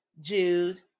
Jude